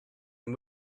and